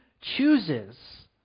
chooses